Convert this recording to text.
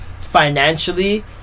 financially